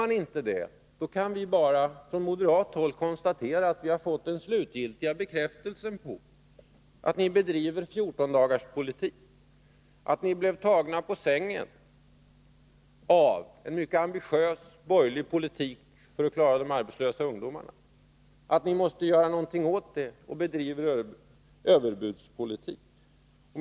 Gör de inte det, kan vi från moderat håll bara konstatera att vi fått den slutgiltiga bekräftelsen på att socialdemokraterna bedriver 14-dagarspolitik, att de blev tagna på sängen av en mycket ambitiös borgerlig politik som syftar till att klara de arbetslösa ungdomarna, att de måste göra något åt saken och att de därför bedriver överbudspolitik.